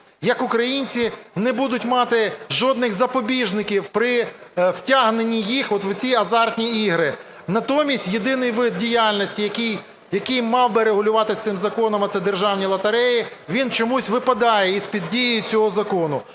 як українці не будуть мати жодних запобіжників при втягнені їх от в ці азартні ігри. Натомість єдиний вид діяльності, який мав би регулюватись цим законом, а це державні лотереї, він чомусь випадає з-під дії цього закону.